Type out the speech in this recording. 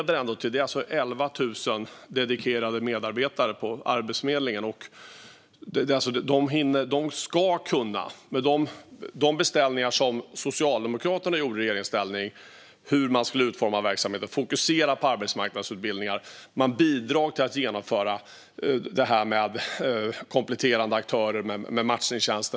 Det finns 11 000 dedikerade medarbetare på Arbetsförmedlingen. Socialdemokraterna gjorde i regeringsställning beställningar på hur man skulle utforma verksamheten och fokusera på arbetsmarknadsutbildningar. Man fick bidrag för att genomföra detta med kompletterande aktörer och matchningstjänster.